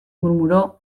murmuró